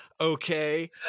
okay